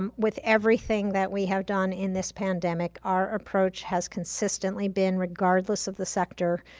um with everything that we have done in this pandemic, our approach has consistently been regardless of the sector,